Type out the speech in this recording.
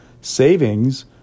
savings